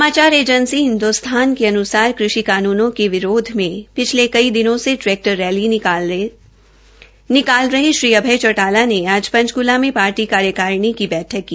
समाचार एजेंसी हिन्द्स्थान के अन्सार कृषि कानूनों के विरोध में पिछले कई दिनों से ट्रैकटर रैली निकाल रहे श्री अभ्य चौटाला ने आज पंचकला में पार्टी कार्यकारिणी की बैठक की